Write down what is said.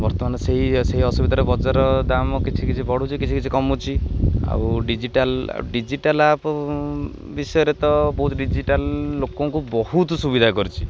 ବର୍ତ୍ତମାନ ସେଇ ସେଇ ଅସୁବିଧାର ବଜାର ଦାମ କିଛି କିଛି ବଢ଼ୁଛି କିଛି କିଛି କମୁଛି ଆଉ ଡିଜିଟାଲ ଡିଜିଟାଲ ଆପ ବିଷୟରେ ତ ବହୁତ ଡିଜିଟାଲ ଲୋକଙ୍କୁ ବହୁତ ସୁବିଧା କରିଛି